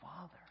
Father